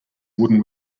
wooden